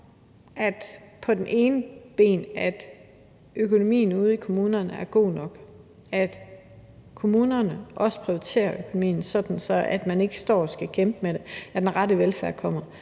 at økonomien ude i kommunerne er god nok, at kommunerne også prioriterer økonomien sådan, at man ikke står og skal kæmpe med det, og så den rette velfærd kommer.